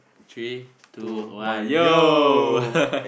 three two one yo